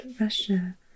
Russia